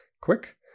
quick